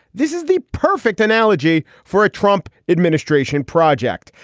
this is the perfect analogy for a trump administration project.